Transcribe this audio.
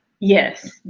Yes